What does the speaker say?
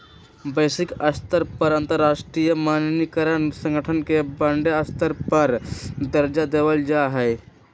वैश्विक स्तर पर अंतरराष्ट्रीय मानकीकरण संगठन के बडे स्तर पर दर्जा देवल जा हई